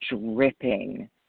dripping